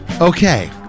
Okay